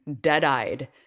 dead-eyed